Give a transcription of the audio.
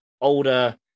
older